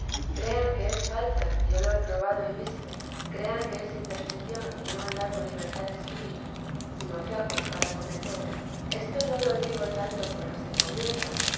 crean que es falta yo lo he probado y visto crean que es imperfección y no andar con libertad de espíritu sino flacos para acometer esto no lo digo tanto por los que comienzan